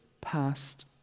past